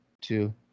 two